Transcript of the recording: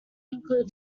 include